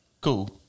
Cool